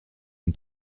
une